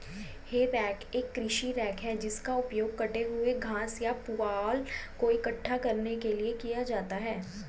हे rake एक कृषि rake है जिसका उपयोग कटे हुए घास या पुआल को इकट्ठा करने के लिए किया जाता है